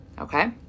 Okay